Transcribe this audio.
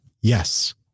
Yes